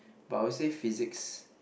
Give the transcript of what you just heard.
but I would say physics